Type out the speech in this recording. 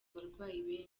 abarwayi